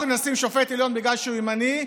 אנחנו נשים שופט עליון בגלל שהוא ימני,